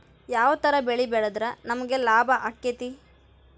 ಯಾವ ತರ ಬೆಳಿ ಬೆಳೆದ್ರ ನಮ್ಗ ಲಾಭ ಆಕ್ಕೆತಿ?